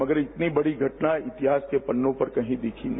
मगर इतनी बड़ी घटना इतिहास के पन्नों पर कही दिखी नहीं